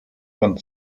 von